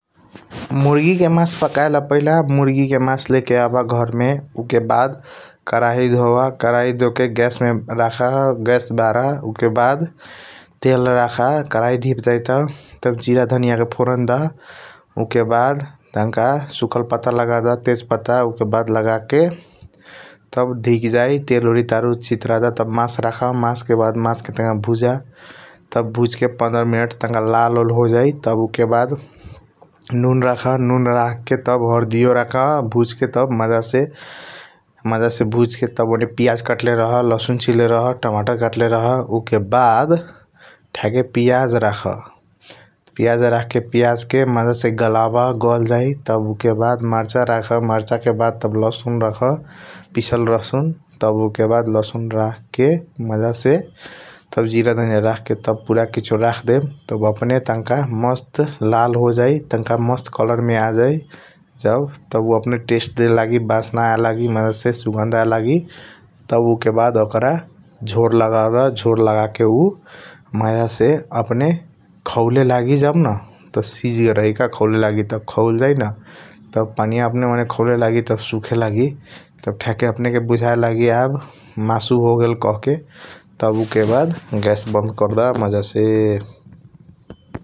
मुर्गी के मास पकाला मुर्गी के मास लेके आब पहिला घर मे उके बाद कराही धोबा कारीही धोके गैस मे रखा गैस बार । उके बाद तेल राख गैस ढिब जाई त तब गिर धनिया के फोरण दा उके बाद तनक सुखाल पता तेज पता उके बाद लगाके । तब ढिप जी तेल ओरई सितराजाई तब मास रख उके बाद मास टंक भुज तब भुज के पन्द्र मिनट तनक लाल ऑल होजई । नून रखा हरदी रखा वउज के तब मज़ा से मज़ा से मज़ा से तब वउज के तब पियज कत्ले रखा लसुन सील के रखले टमाटर कट ले रहा । उके अब्द थक पियज रख मज़ा से पियज रखा के पियज गलबा गलजाई उके बाद तब मार्च रखा मार्च के बाद तब लसुन रखा पिसल लसुन । तब लसुन रखा के मज़ा से जीराधानीय रखा के पूरा किसीओ रखा देम तब अपने तनक मस्त लाल होजई तनक मस्त कलर मे आजाइए । जब तब अपने टेस्ट डायलगी बसाना डेलगी सुगंड डायलगी तब उके बाद ओकर झोर लगड़ा झोर लगा के उ मज़ा से अपने खौले लगी । जब न सीझ गेल रही खौले लागि त खौल जाइएन त पनि आपने सूखे लगी तब थक अपने के बुझाया लागि मासु होगेल कहके तब उके बाद गैस बंद कर द मज़ा से ।